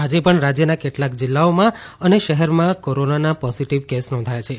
આજે પણ રાજ્યના કેટલાક જિલ્લાઓમાં અને શહેરમાં કોરોનાના પોઝીટીવ કેસો નોંધાયા છે